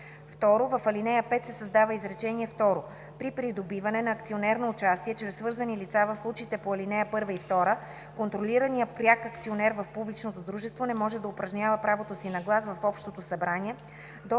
2. В ал. 5 се създава изречение второ: „При придобиване на акционерно участие чрез свързани лица в случаите по ал. 1 и 2 контролираният пряк акционер в публичното дружество не може да упражнява правото си на глас в Общото събрание